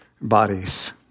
bodies